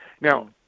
Now